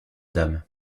dame